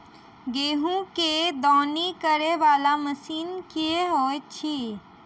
गेंहूँ केँ दौनी करै वला मशीन केँ होइत अछि?